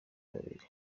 babiri